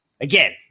again